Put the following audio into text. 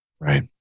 Right